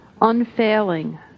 unfailing